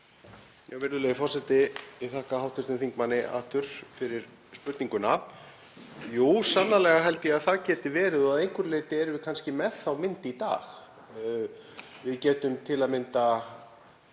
Virðulegi forseti. Ég þakka hv. þingmanni aftur fyrir spurninguna. Jú, sannarlega held ég að það geti verið og að einhverju leyti erum við kannski með þá mynd í dag. Við getum til að mynda